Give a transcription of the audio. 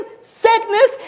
sickness